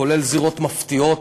כולל זירות מפתיעות,